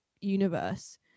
universe